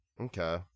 Okay